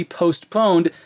postponed